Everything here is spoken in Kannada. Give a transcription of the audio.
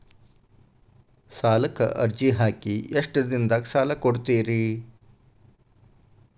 ಸಾಲಕ ಅರ್ಜಿ ಹಾಕಿ ಎಷ್ಟು ದಿನದಾಗ ಸಾಲ ಕೊಡ್ತೇರಿ?